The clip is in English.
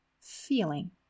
feeling